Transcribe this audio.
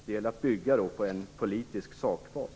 Det gäller att bygga på en politisk sakbas.